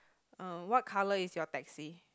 uh what colour is your taxi